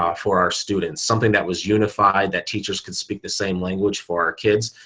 um for our students, something that was unified that teachers could speak the same language for kids.